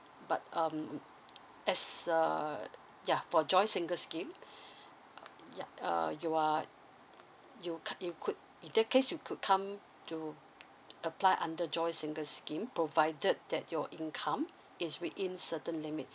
but um as err ya for joint single scheme ya err you are you ca~ you could in this case you could come to apply under joint single scheme provided that your income is within certain limit